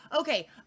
Okay